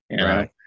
right